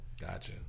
Gotcha